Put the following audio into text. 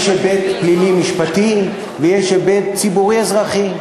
יש היבט פלילי-משפטי ויש היבט ציבורי-אזרחי.